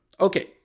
Okay